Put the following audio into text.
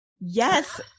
Yes